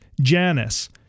Janice